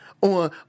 on